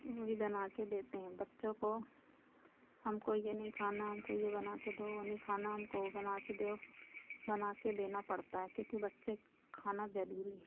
वही बनाकर देते हैं बच्चों को हमको यह नहीं खाना हमको यह बनाकर दो वह नहीं खाना हमको वह बनाकर दो बनाकर देना पड़ता है क्योंकि बच्चे खाना ज़रूरी है